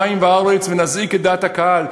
אנחנו נזעיק שמים וארץ ונזעיק את דעת הקהל,